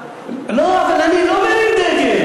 אבל אני לא מרים דגל,